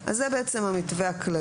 זה בעצם המתווה הכללי.